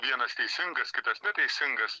vienas teisingas kitas neteisingas